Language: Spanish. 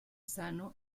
sano